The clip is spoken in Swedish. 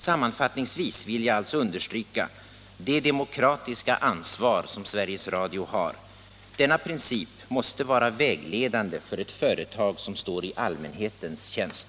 Sammanfattningsvis vill jag alltså understryka det demokratiska ansvar som Sveriges Radio har. Denna princip måste vara vägledande för ett företag som står i allmänhetens tjänst.